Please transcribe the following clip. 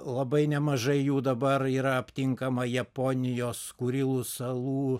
labai nemažai jų dabar yra aptinkama japonijos kurilų salų